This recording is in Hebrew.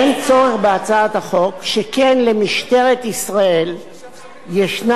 שכן למשטרת ישראל יש כבר סמכות חוקית